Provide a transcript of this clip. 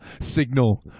signal